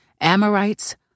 Amorites